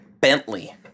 Bentley